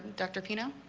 doctor pina.